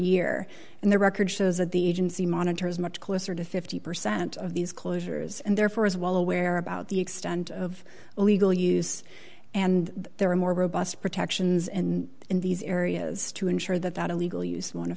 year and the record shows that the agency monitor is much closer to fifty percent of these closures and therefore is well aware about the extent of illegal use and there are more robust protections and in these areas to ensure that that illegal use on